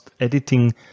editing